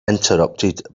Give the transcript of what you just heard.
interrupted